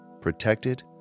protected